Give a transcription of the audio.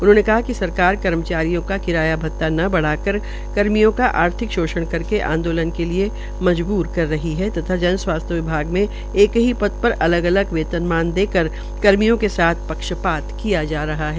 उन्होंने कहा कि सरकार कर्मचारियों का किराया भत्ता न बढ़ाकर कर्मियों का आर्थिक शोषण करके आंदोलन के लिए मजबूर कर दी है तथा जनस्वास्थ्य विभाग में एक ही पद पर अलग अलग वेतनमान देकर कर्मियों के साथ पक्षपात किया जा रहा है